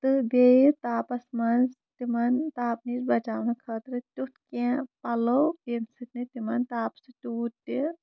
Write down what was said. تہٕ بیٚیہِ تاپَس منٛز تِمن تاپہٕ نِش بَچاونہٕ خٲطرٕ تیُتھ کیٚنٛہہ پَلو ییٚمہِ سۭتۍ نہٕ تِمن تاپہٕ سۭتۍ توٗت تہِ